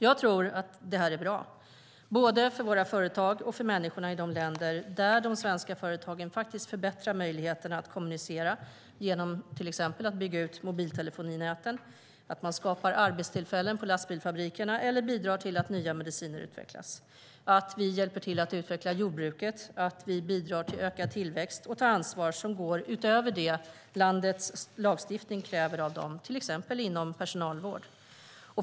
Jag tror att det är bra både för våra företag och för människorna i de länder där de svenska företagen faktiskt förbättrar möjligheterna att kommunicera genom att till exempel bygga ut mobiltelefoninäten, skapa arbetstillfällen på lastbilsfabrikerna eller bidra till att nya mediciner utvecklas. Jag tror att det är bra att vi hjälper till att utveckla jordbruket, bidrar till ökad tillväxt och tar ansvar som går utöver det landets lagstiftning kräver, till exempel inom personalvård.